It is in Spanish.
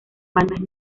bandas